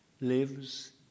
lives